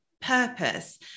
purpose